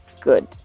good